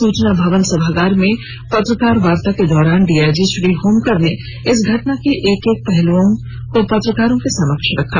सूचना भवन सभागार में पत्रकार वार्ता के दौरान डीआईजी श्री होमकर ने इस घटनाक्रम के एक एक पहलुओं को पत्रकारों के समक्ष रखा